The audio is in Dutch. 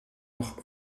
nog